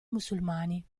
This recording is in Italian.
musulmani